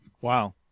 Wow